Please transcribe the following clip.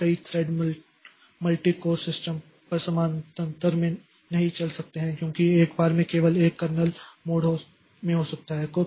इसलिए कई thread multi core system पर समानांतर में नहीं चल सकते हैं क्योंकि एक बार में केवल एक कर्नेल मोड में हो सकता है